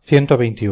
sus padres